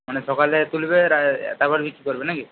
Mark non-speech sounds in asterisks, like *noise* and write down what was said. মানে সকালে তুলবে *unintelligible* তারপর বিক্রি করবে না কি